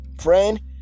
friend